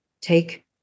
take